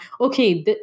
okay